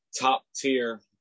top-tier